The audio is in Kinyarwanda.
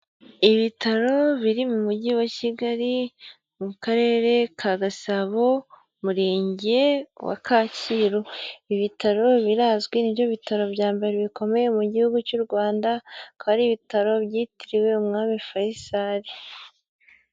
Ibitaro biri mu Mujyi wa Kigali mu Karere ka Gasabo, Umurenge wa Kacyiru, ibi bitaro birazwi, ni byo bitaro bya mbere bikomeye mu gihugu cy'u Rwanda, akaba ari ibitaro byitiriwe Umwami Faisal.